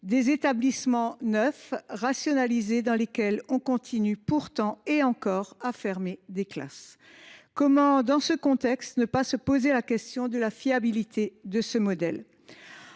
des établissements neufs, rationalisés, dans lesquels on continue pourtant encore et toujours à fermer des classes. Comment, dans ce contexte, ne pas se poser la question de la fiabilité de ce modèle ?